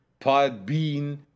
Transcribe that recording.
Podbean